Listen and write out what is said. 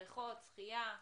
בריכות, שחייה,